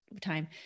time